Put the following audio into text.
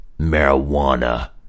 marijuana